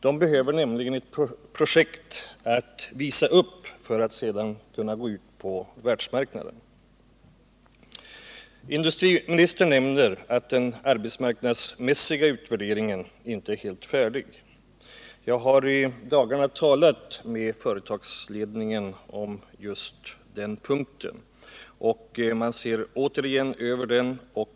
Man behöver nämligen ett projekt att visa upp för att sedan kunna gå ut på världsmarknaden. Industriministern nämner att den arbetsmarknadsmässiga utvärderingen inte är helt färdig. Jag har i dagarna haft kontakt med företagsledningen, och man skall återigen se över situationen.